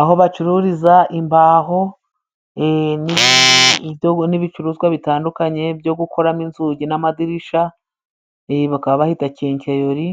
Aho bacururiza imbaho, idongo n'ibindi bicuruzwa bitandukanye byo gukuramo inzugi n'amadirishya, bakaba bahita kenkayori